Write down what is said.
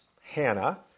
Hannah